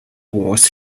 was